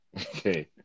okay